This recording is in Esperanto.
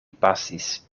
pasis